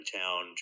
town